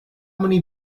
many